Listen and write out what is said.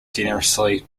generously